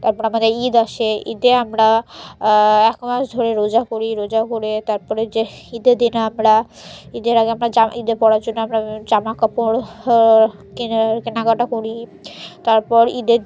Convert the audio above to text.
তারপর আমাদের ঈদ আসে ঈদে আমরা এক মাস ধরে রোজা করি রোজা করে তার পরে যে ঈদের দিনে আমরা ঈদের আগে আমরা জামা ঈদে পড়ার জন্য আমরা জামাকাপড় কেনে কেনাকাটা করি তারপর ঈদের